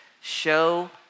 show